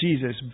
Jesus